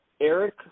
Eric